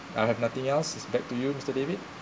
I have nothing else it's back to you to mister- david